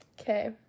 Okay